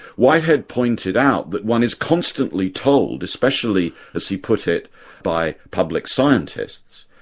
whitehead pointed out that one is constantly told especially as he put it by public scientists,